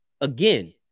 again